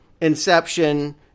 Inception